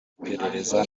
iperereza